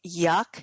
yuck